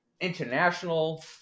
international